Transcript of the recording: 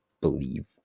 believe